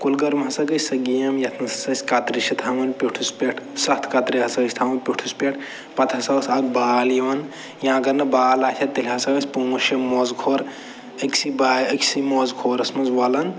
کُل گَرم ہَسا گٔے سۄ گیم یَتھ منٛز ہَسا أسۍ کَترِ چھِ تھاوان پیوٚٹھُس پٮ۪ٹھ سَتھ کترِ ہَسا ٲسۍ تھاوان پیوٚٹھُس پٮ۪ٹھ پتہٕ ہَسا ٲس اکھ بال یِوان یا اگر نہٕ بال آسہِ ہا تیٚلہِ ہَسا ٲسۍ پانٛژھ شےٚ موزٕ کھۄر أکۍسٕے با أکۍسٕے موزٕ کھورس منٛز وَلان